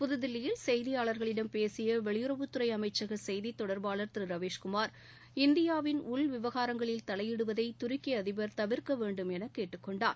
புதுதில்லியில் செய்தியாளர்களிடம் பேசிய வெளியறவுத்துறை அமைச்சக செய்தி தொடர்பாளர் திரு ரவிஸ்குமார் இந்தியாவின் உள் விவகாரங்களில் தலையிடுவது துருக்கி அதிபர் தவிர்க்க வேண்டும் என கேட்டுக்கொண்டார்